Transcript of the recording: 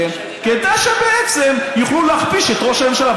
כדי שיוכלו להכפיש את ראש הממשלה.